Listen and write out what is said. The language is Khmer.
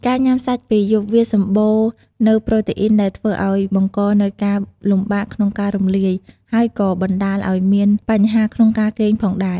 ការញុំាសាច់ពេលយប់ វាសម្បូរនូវប្រូតេអ៊ីនដែលធ្វើឲ្យបង្កនូវការលំបាកក្នុងការរំលាយ ហើយក៏បណ្តាលឲ្យមានបញ្ហាក្នុងការគេងផងដែរ។